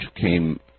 came